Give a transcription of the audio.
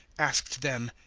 asked them,